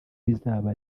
bizaba